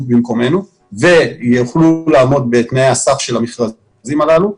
במקומנו ויוכלו לעמוד בתנאי הסף של המכרזים הללו,